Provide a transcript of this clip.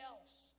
else